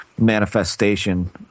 Manifestation